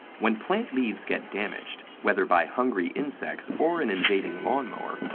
when plant leaves get damaged, whether by hungry insects or an invading lawn mower,